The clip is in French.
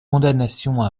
condamnation